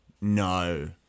No